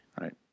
Right